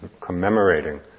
commemorating